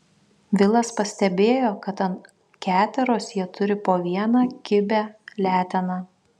vilas pastebėjo kad ant keteros jie turi po vieną kibią leteną